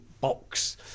box